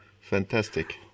Fantastic